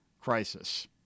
crisis